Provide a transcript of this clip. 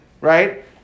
right